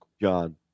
John